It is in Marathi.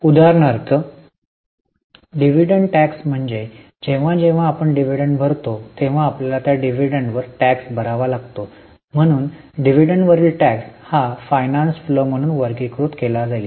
उदाहरणार्थ डिव्हिडंड टॅक्स म्हणजे जेव्हा जेव्हा आपण डिव्हिडंड भरतो तेव्हा आपल्याला त्या डिव्हिडंडवर टॅक्स भरावा लागतो म्हणून डिव्हिडंडवरील टॅक्स हा फायनान्स फ्लो म्हणून वर्गीकृत केला जाईल